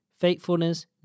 faithfulness